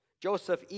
Joseph